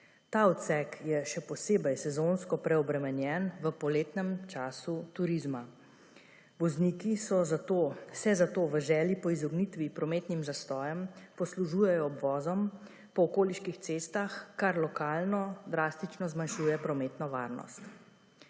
Ta odsek je še posebej sezonsko preobremenjen v poletnem času turizma. Vozniki se zato v želji po izognitvi prometnim zastojem poslužujejo obvozom po okoliških cestah, kar lokalno drastično zmanjšuje prometno varnost.